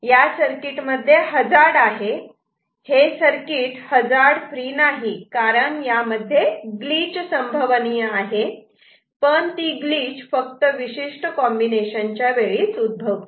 या सर्किटमध्ये हजार्ड आहे हे सर्किट हजार्ड फ्री नाही कारण यामध्ये ग्लिच संभवनीय आहे पण ती ग्लिच फक्त विशिष्ट कॉम्बिनेशन च्या वेळीच उद्भवते